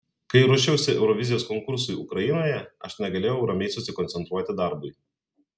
kai ruošiausi eurovizijos konkursui ukrainoje aš negalėjau ramiai susikoncentruoti darbui